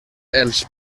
els